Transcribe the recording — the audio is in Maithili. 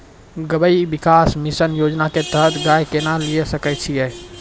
गव्य विकास मिसन योजना के तहत गाय केना लिये सकय छियै?